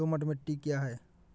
दोमट मिट्टी क्या है?